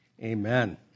amen